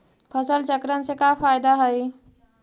फसल चक्रण से का फ़ायदा हई?